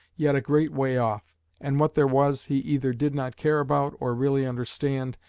yet a great way off and what there was, he either did not care about or really understand,